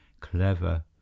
Clever